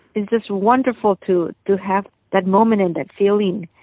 just wonderful to to have that moment and that feeling.